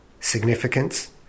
significance